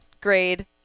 grade